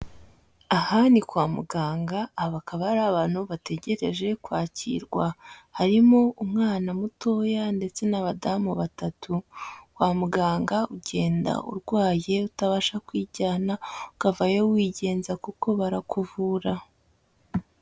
Aha ni kwa muganga, aba akaba ari abantu bategereje kwakirwa, harimo umwana mutoya ndetse n'abadamu batatu, kwa muganga ugenda urwaye utabasha kwijyana ukavayo wigenza kuko barakuvura.